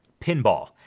pinball